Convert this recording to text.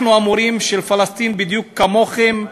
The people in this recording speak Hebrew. אנחנו המורים של פלסטין, בדיוק כמוכם,